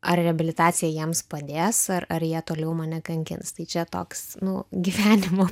ar reabilitacija jiems padės ar ar jie toliau mane kankins tai čia toks nu gyvenimo